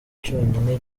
cyonyine